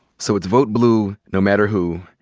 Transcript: so it's vote blue no matter who.